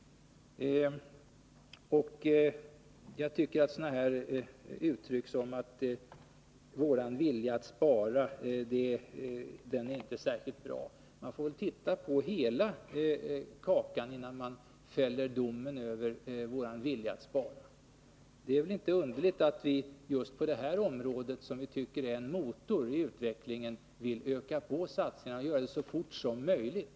Jag tycker att uttryck som ”socialdemokraternas vilja att spara är inte särskilt stor”, inte är så bra. Man får väl titta på hela kakan innan man fäller domen över vår vilja att spara. Men på just detta område, som vi tycker är en motor i utvecklingen, vill vi öka på satsningarna så fort som möjligt.